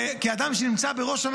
כאדם שנמצא בראש,